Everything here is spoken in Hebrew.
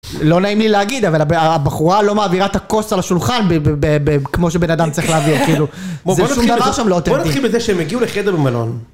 לא נעים לי להגיד אבל הבחורה לא מעבירה את הכוס על השולחן כמו שבן אדם צריך להעביר, כאילו. בוא נתחיל בזה שהם הגיעו לחדר במלון.